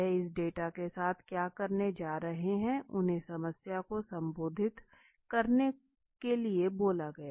वह इस डेटा के साथ क्या करने जा रहे हैंउन्हें समस्या को संबोधित करने को भी बोला गया